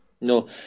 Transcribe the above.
No